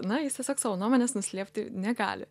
na jis tiesiog savo nuomonės nuslėpti negali